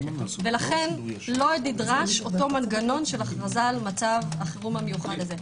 לכן לא נדרש המנגנון של הכרזה על מצב החירום המיוחד הזה.